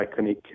iconic